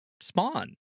spawn